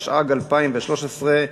התשע"ג 2013,